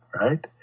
right